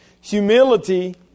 Humility